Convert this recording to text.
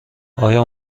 آیا